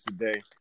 today